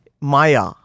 Maya